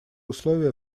условия